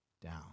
down